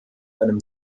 einem